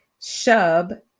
Shub